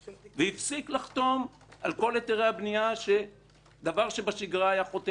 והפסיק לחתום על כל היתרי הבנייה - דבר שבשגרה היה חותם עליו.